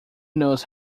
knows